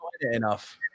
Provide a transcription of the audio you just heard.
enough